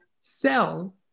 sell